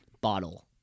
bottle